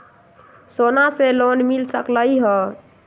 सोना से लोन मिल सकलई ह?